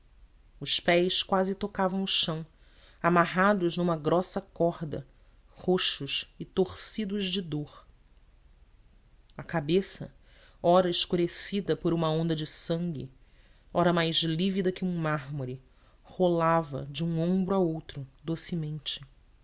os pés quase tocavam o chão amarrados numa grossa corda roxos e torcidos de dor a cabeça ora escurecida por uma onda de sangue ora mais lívida que um mármore rolava de um ombro a outro docemente